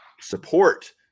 support